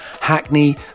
Hackney